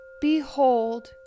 behold